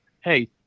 hey